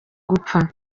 gupfa